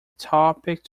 topic